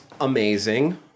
amazing